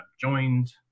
joined